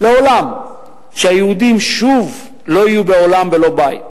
שלְעולם לא יהיו שוב היהודים בעולם ללא בית,